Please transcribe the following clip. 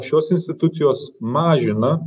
šios institucijos mažina